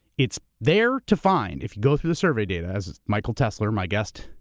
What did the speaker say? it's there to find, if you go through the survey data, as michael tesler, my guest,